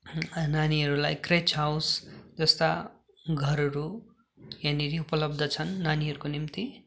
नानीहरूलाई creche house जस्ता घरहरू यहाँनिर उपलब्ध छन् नानीहरूको निम्ति